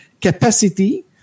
capacity